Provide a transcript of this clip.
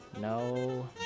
no